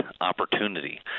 opportunity